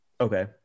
Okay